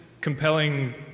compelling